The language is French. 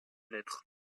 lettres